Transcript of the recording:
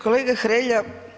Kolega Hrelja.